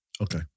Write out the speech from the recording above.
Okay